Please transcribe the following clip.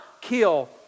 kill